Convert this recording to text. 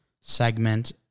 segment